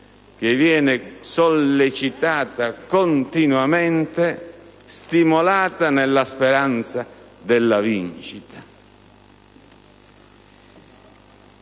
che viene sollecitata continuamente e stimolata nella speranza della vincita.